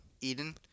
Eden